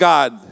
God